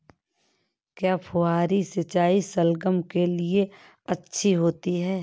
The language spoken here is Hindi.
क्या फुहारी सिंचाई शलगम के लिए अच्छी होती है?